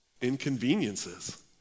inconveniences